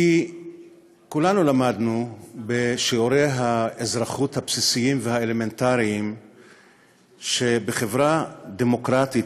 כולנו למדנו בשיעורי האזרחות הבסיסיים והאלמנטריים שבחברה דמוקרטית